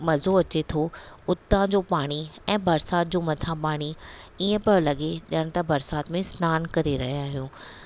मज़ो अचे थो हुतां जो पाणी ऐं बरसाति जो मथां पाणी ईअं पियो लॻे जण त बरसायि में सनानु करे रहिया आहियूं